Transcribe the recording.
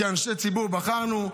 כאנשי ציבור בחרנו.